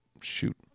shoot